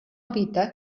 evita